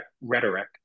rhetoric